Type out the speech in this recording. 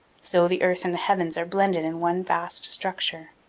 so the earth and the heavens are blended in one vast structure.